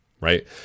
right